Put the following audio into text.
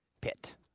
Pit